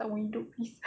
tak mahu hidup please